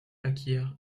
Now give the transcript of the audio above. acquiert